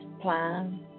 plan